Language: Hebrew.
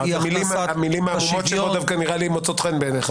שאי-הכנסת השוויון --- אז המילים העמומות שלו דווקא מוצאות חן בעיניך,